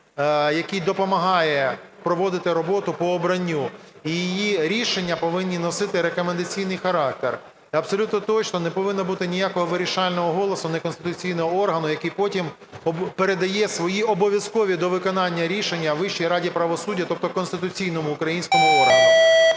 який допомагає проводити роботу по обранню. І її рішення повинні носити рекомендаційний характер. І абсолютно точно не повинно бути ніякого вирішального голосу неконституційного органу, який потім передає свої обов'язкові до виконання рішення Вищій раді правосуддя, тобто конституційному українському органу.